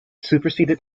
superseded